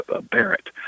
Barrett